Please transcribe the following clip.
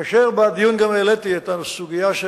כאשר העליתי בדיון גם את הסוגיה של